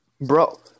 bro